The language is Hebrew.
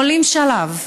עולים שלב.